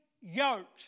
yoked